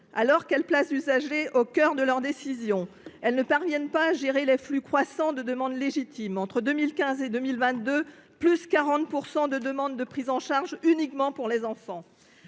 Alors qu’elles placent l’usager au cœur de leurs décisions, les MDPH ne parviennent pas à gérer les flux croissants de demandes légitimes. Entre 2015 et 2022, il y a eu une augmentation de 40 % des demandes de prise en charge uniquement pour les enfants.